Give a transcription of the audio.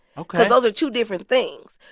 because those are two different things.